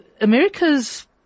America's